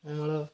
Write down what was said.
ଅମଳ